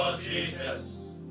Jesus